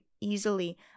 easily